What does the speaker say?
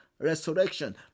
Resurrection